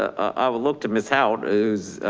i will look to ms. house is,